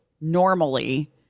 normally